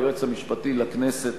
ליועץ המשפטי לכנסת,